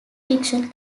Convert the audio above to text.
fiction